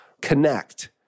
connect